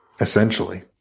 Essentially